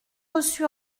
reçu